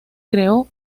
creó